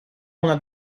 una